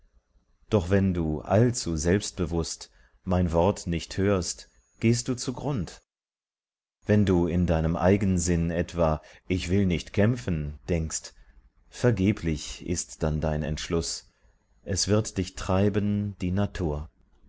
doch wenn du allzu selbstbewußt mein wort nicht hörst gehst du zugrund wenn du in deinem eigensinn etwa ich will nicht kämpfen denkst vergeblich ist dann dein entschluß es wird dich treiben die natur